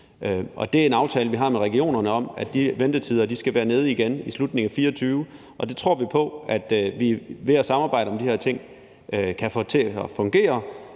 Vi har en aftale med regionerne om, at de ventetider skal være nede igen i slutningen af 2024, og det tror vi på, altså at vi ved at samarbejde om de her ting kan få det til at fungere,